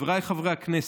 חבריי חברי הכנסת,